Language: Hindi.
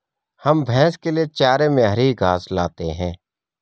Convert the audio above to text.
हम भैंस के लिए चारे में हरी घास लाते हैं